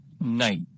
night